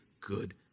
good